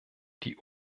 die